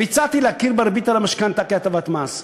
והצעתי להכיר בריבית על המשכנתה כהטבת מס,